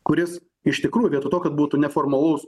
kuris iš tikrųjų vietoj to kad būtų neformalus